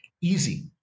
Easy